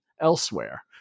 elsewhere